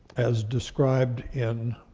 as described in